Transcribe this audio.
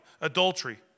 adultery